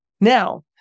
Now